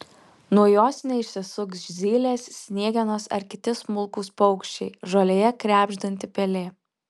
nuo jos neišsisuks zylės sniegenos ar kiti smulkūs paukščiai žolėje krebždanti pelė